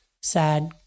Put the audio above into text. sad